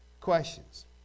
questions